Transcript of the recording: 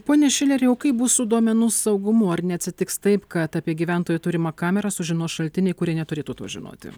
pone šileri o kaip bus su duomenų saugumu ar neatsitiks taip kad apie gyventojų turimą kamerą sužinos šaltiniai kurie neturėtų to žinoti